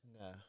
No